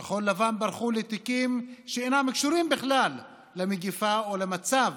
כחול לבן ברחו לתיקים שאינם קשורים בכלל למגפה או למצב